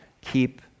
keep